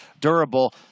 durable